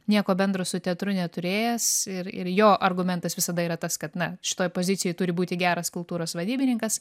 nieko bendro su teatru neturėjęs ir ir jo argumentas visada yra tas kad na šitoj pozicijoj turi būti geras kultūros vadybininkas